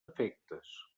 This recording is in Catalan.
efectes